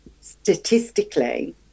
statistically